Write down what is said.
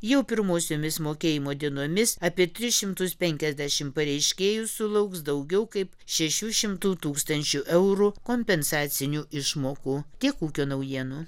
jau pirmosiomis mokėjimo dienomis apie tris šimtus penkiasdešimt pareiškėjų sulauks daugiau kaip šešių šimtų tūkstančių eurų kompensacinių išmokų tiek ūkio naujienų